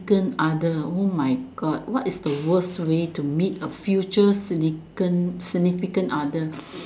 can't other oh my God what is the worst way to meet a future significant significant other